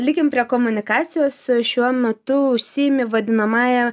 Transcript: likim prie komunikacijos šiuo metu užsiimi vadinamąja